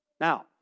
Now